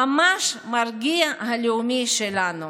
ממש המרגיע הלאומי שלנו.